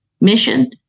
mission